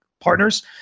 partners